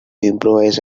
improvise